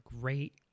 great